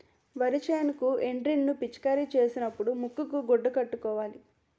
వరి సేనుకి ఎండ్రిన్ ను పిచికారీ సేసినపుడు ముక్కుకు గుడ్డ కట్టుకోవాల